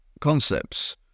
concepts